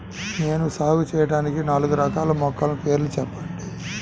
నేను సాగు చేయటానికి నాలుగు రకాల మొలకల పేర్లు చెప్పండి?